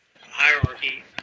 hierarchy